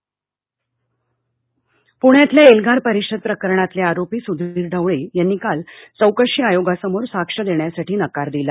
एल्यार परिषद पूण्यातल्या एल्गार परिषद प्रकरणातले आरोपी सुधीर ढवळे यांनी काल चौकशी आयोगासमोर साक्ष देण्यासाठी नकार दिला